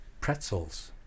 pretzels